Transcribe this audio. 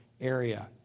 area